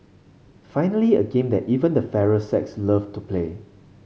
finally a game that even the fairer sex loved to play